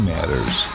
Matters